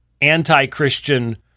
anti-Christian